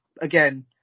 Again